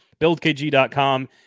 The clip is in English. BuildKG.com